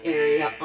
area